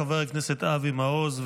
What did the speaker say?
חבר הכנסת אבי מעוז,